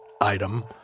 item